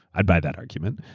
i buy that argument.